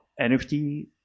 NFT